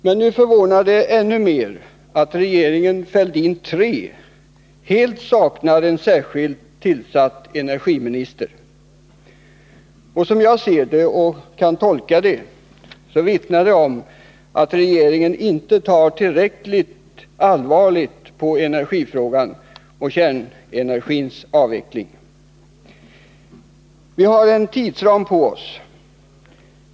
Men det förvånar ännu mer att regeringen Fälldin III helt saknar en särskilt tillsatt energiminister. Jag kan inte tolka det på annat sätt än att regeringen inte tar tillräckligt allvarligt på energifrågan och kärnenergins avveckling. Vi har en tidsram.